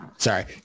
Sorry